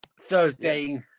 Thursday